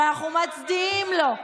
שאנחנו מצדיעים לו.